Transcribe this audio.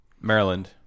Maryland